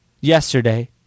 yesterday